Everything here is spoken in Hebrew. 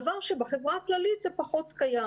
דבר שבחברה הכללית זה פחות קיים.